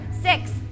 six